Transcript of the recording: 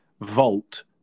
vault